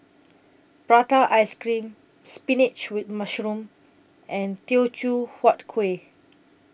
Prata Ice Cream Spinach with Mushroom and Teochew Huat Kueh